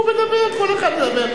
הוא מדבר, כל אחד מדבר.